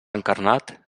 encarnat